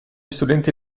studenti